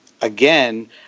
again